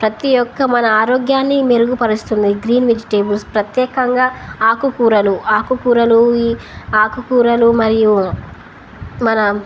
ప్రతి ఒక్క మన ఆరోగ్యాన్ని మెరుగుపరుస్తుంది గ్రీన్ వెజిటేబుల్స్ ప్రత్యేకంగా ఆకుకూరలు ఆకుకూరలు ఈ ఆకుకూరలు మరియు మన